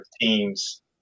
teams